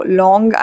long